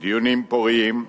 בדיונים פוריים,